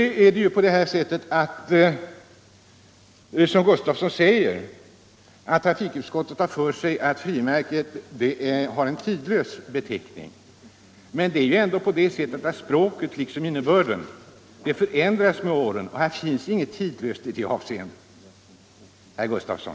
Herr Sven Gustafson säger att frimärkets beteckning är tidlös. Ändå förhåller det sig så att språket liksom innebörden förändras med åren. Här finns inget tidlöst i det avseendet, herr Gustafson.